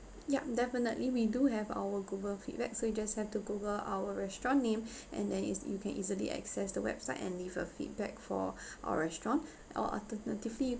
yup definitely we do have our google feedback so you just have to google our restaurant name and then is you can easily access the website and leave a feedback for our restaurant or alternatively